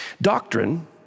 Doctrine